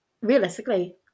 realistically